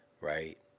Right